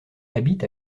habite